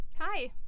Hi